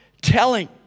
telling